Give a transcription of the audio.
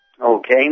Okay